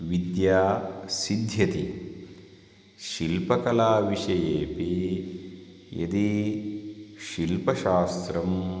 विद्या सिद्ध्यति शिल्पकलाविषयेपि यदि शिल्पशास्त्रम्